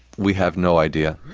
we have no idea.